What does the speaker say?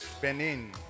Benin